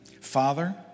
Father